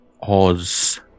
Oz